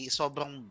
sobrang